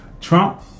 Trump